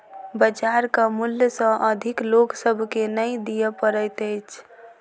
बजारक मूल्य सॅ अधिक लोक सभ के नै दिअ पड़ैत अछि